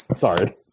Sorry